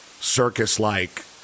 circus-like